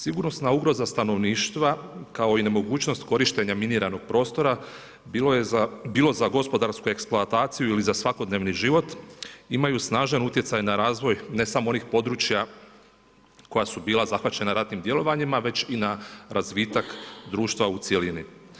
Sigurnosna ugroza stanovništva kao i nemogućnost korištenja miniranog prostora bilo za gospodarsku eksploataciju ili za svakodnevni život, imaju snažan utjecaj na razvoj ne samo onih područja koja su bila zahvaćena ratnim djelovanjima već i na razvitak društva u cjelini.